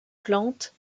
plantes